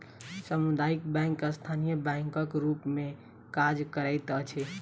सामुदायिक बैंक स्थानीय बैंकक रूप मे काज करैत अछि